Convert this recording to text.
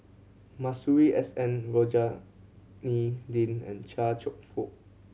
Masuri S N Rohani Din and Chia Cheong Fook